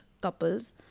couples